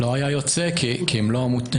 לא היה יוצא, כי הם לא מפלגה.